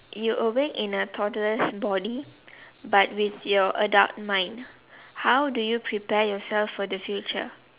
you awake in a toddler's body but with your adult mind how do you prepare yourself for the future